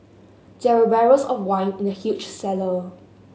there were barrels of wine in the huge cellar